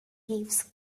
gives